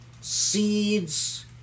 seeds